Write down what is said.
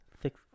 thick